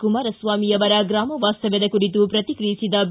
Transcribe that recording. ಕುಮಾರಸ್ವಾಮಿ ಅವರ ಗ್ರಾಮ ವಾಸ್ತವ್ಯದ ಕುರಿತು ಪ್ರತಿಕ್ರಿಯಿಸಿದ ಬಿ